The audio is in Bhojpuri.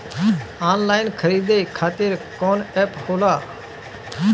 आनलाइन खरीदे खातीर कौन एप होला?